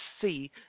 see